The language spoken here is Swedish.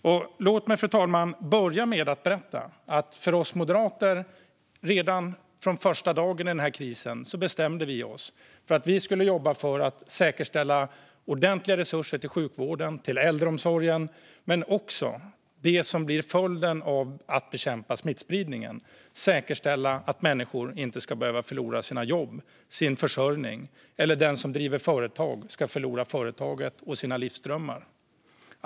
Fru talman! Låt mig börja med att berätta att vi moderater redan första dagen i krisen bestämde oss för att jobba för att säkerställa ordentliga resurser till sjukvården, till äldreomsorgen och till det som blir följden av att bekämpa smittspridningen, nämligen att säkerställa att människor inte ska behöva förlora sina jobb, sin försörjning eller att den som driver företag ska förlora företaget och sina livsdrömmar.